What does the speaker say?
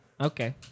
Okay